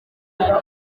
bisaba